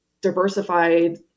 diversified